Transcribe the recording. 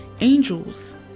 Angels